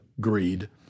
greed